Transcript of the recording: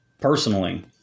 personally